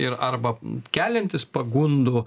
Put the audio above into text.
ir arba keliantis pagundų